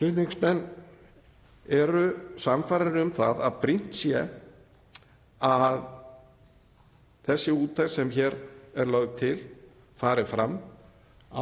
Flutningsmenn eru sannfærðir um að brýnt sé að þessi úttekt sem hér er lögð til fari fram